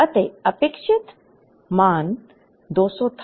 अतः अपेक्षित मान 200 था